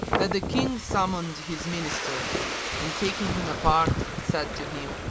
that the king summoned his minister and, taking him apart, said to him,